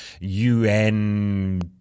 UN